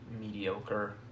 mediocre –